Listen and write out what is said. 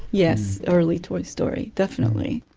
yes. early toy story, definitely.